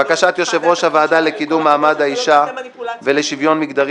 בקשת יושבת-ראש הוועדה לקידום מעמד האישה ולשוויון מגדרי